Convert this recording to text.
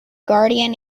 guardian